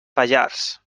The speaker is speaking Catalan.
pallars